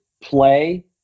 play